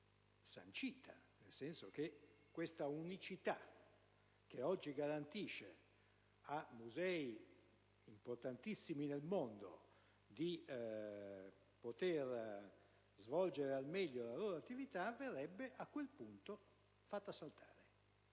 sancita, nel senso che l'unicità che oggi garantisce a musei importantissimi nel mondo di poter svolgere al meglio la loro attività verrebbe fatta saltare.